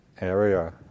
area